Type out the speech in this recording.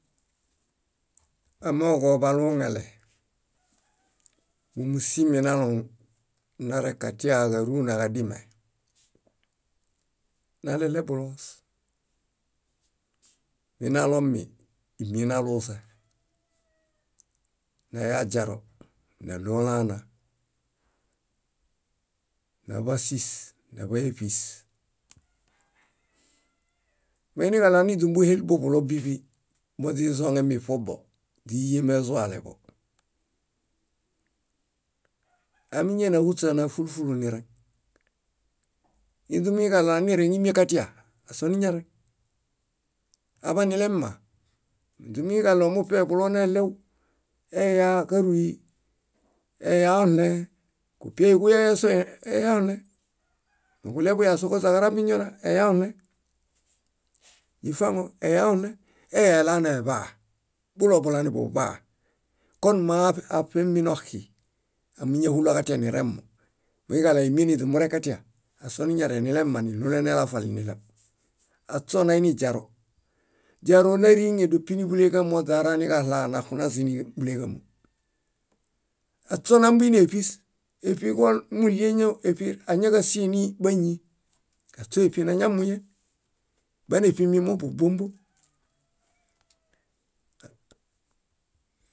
Amooġo baluŋale, mómusimi naloŋ narẽ katia, káruna, kadime, nalelebuloos. Minalomi, ímienaluse. Naya źiro, náɭo olaana, naḃa sís, naḃay éṗis. Moiniġaɭo ániźumbuhel buḃulo bíḃi moźizoŋemi ṗobo, źíyemi ezualeḃo, amiñaini áhuśa ona fúlu fúlu nireŋ. Iźumuiniġaɭo anireŋ ímie katia, asoniñareŋ, aḃanilemma, iźumuiniġaɭo muṗe buloneɭew eyaa káruy, eyaoɭẽ, kupiaiġuya násoo eyaoɭẽ, niġuɭew buyasu koźaġora binźona, eyaoɭẽ, źifaŋo, eyaoɭẽ. Eya elaneḃaa, buloḃulaniḃuḃaa. Kon moo áṗemi noxi, ámiñahulo katianiremo, muiġaɭo aa ímieṗ niźumurẽkatia asoiñareŋ nilemma niɭulenelafali niɭew. Aśoo nainiźaro. Źaro náriiŋe dépiniḃuleġamo oźaraniġaɭaa naxunazim níḃuleġamo. Aśo nambuini éṗis. Éṗiġo- muɭie ñoo éṗiañaġasie ni báñi. Aśoo éṗi nañamuyen báneṗi mimom búbuombom.